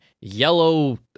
yellow